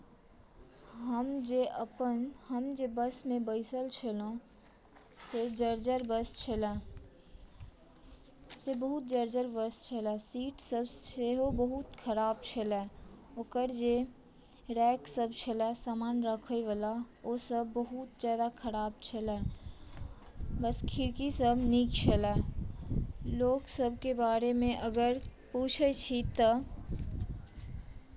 हम जे बस मे बैसल छलहुॅं से जर्जर बस छलए सीट सभ सेहो बहुत खराब छलए ओकर जे रैक सभ छलए समान सभ राखय वाला ओ सभ बहुत जादा खराब छल बस खिड़की सभ नीक छल लोकसभकेँ बारेमे अगर पुछै छी तऽ